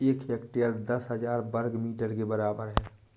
एक हेक्टेयर दस हजार वर्ग मीटर के बराबर है